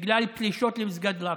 בגלל פלישות למסגד אל-אקצא,